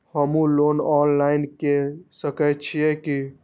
हमू loan online के सके छीये की?